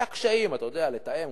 היו קשיים לתאם,